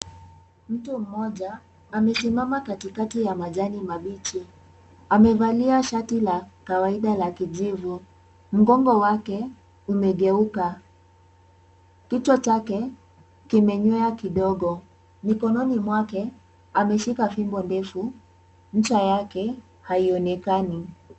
Mtu mmoja amesimama katikati ya majani mabichi. Amevalia shati la kawaida la kijivu. Mgongo wake umegeuka. Kichwa chake kimenywea kidogo. Mikononi mwake ameshika fimbo ndefu. Ncha yake haionekani.